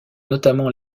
notamment